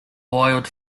boiled